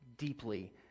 Deeply